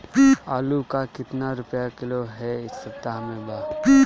आलू का कितना रुपया किलो इह सपतह में बा?